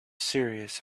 serious